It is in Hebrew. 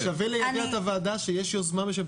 שווה ליידע את הוועדה שיש יוזמה בשם